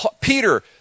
Peter